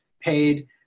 paid